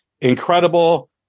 incredible